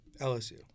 LSU